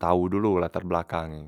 tau dolo latar belakang e.